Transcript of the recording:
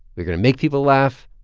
we're going to make people laugh,